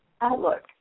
outlook